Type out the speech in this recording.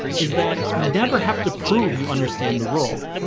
is that you never have to prove you understand the rule.